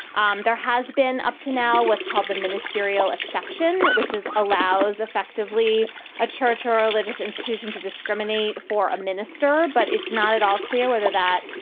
um there has been up to now what's called the ministerial exception, which is allows effectively a church or a religious institution to discriminate for a minister. but it's not at all clear whether that,